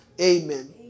Amen